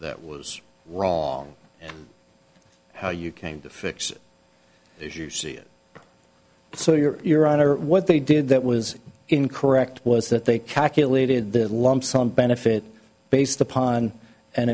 that was wrong and how you came to fix it as you see it so your your honor what they did that was incorrect was that they calculated the lump sum benefit based upon and